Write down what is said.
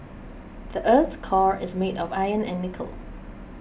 the earth's core is made of iron and nickel